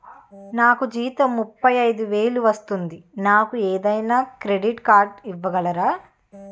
నాకు జీతం ముప్పై ఐదు వేలు వస్తుంది నాకు ఏదైనా క్రెడిట్ కార్డ్ ఇవ్వగలరా?